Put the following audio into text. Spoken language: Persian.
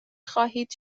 خواهید